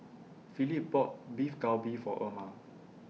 Phillip bought Beef Galbi For Erma